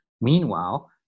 Meanwhile